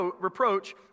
reproach